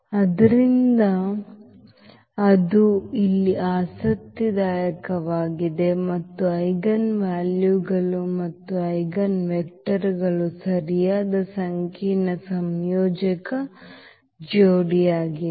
ಆದ್ದರಿಂದ ಅದು ಇಲ್ಲಿ ಆಸಕ್ತಿದಾಯಕವಾಗಿದೆ ಮತ್ತು ಐಜೆನ್ವಾಲ್ಯೂಗಳು ಮತ್ತು ಐಜೆನ್ವೆಕ್ಟರ್ಗಳು ಸರಿಯಾದ ಸಂಕೀರ್ಣ ಸಂಯೋಜಕ ಜೋಡಿಯಾಗಿವೆ